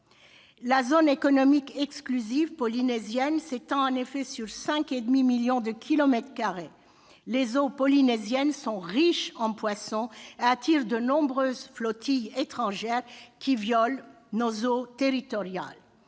La zone économique exclusive polynésienne s'étend en effet sur 5,5 millions de kilomètres carrés. Les eaux polynésiennes sont riches en poissons et attirent de nombreuses flottilles étrangères qui violent nos eaux territoriales.